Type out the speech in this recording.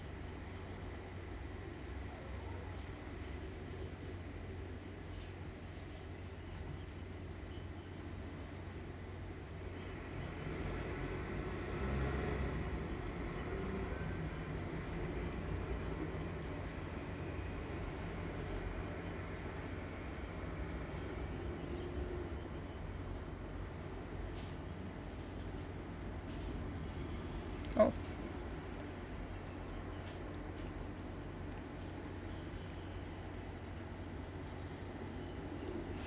oh